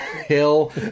hill